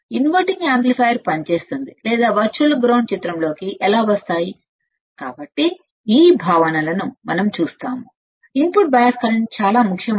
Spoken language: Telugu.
ఇన్వర్టింగ్ యాంప్లిఫైయర్ పనిచేస్తుంది లేదా వర్చువల్ గ్రౌండ్ చిత్రంలోకి ఎలా వస్తాయి కాబట్టి ఈ భావనలను మనం చూస్తాము ఇన్పుట్ బయాస్ కరెంట్ చాలా ముఖ్యం అని